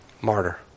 martyr